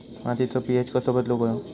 मातीचो पी.एच कसो बदलुक होयो?